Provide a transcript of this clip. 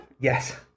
Yes